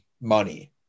money